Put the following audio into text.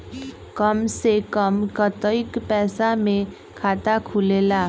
कम से कम कतेइक पैसा में खाता खुलेला?